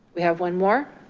we have one more,